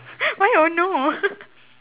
why don't know